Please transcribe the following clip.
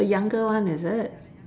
the younger one is it